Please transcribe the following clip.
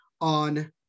on